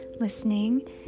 listening